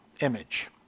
image